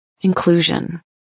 Inclusion